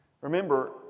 Remember